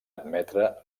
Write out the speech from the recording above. admetre